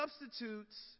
substitutes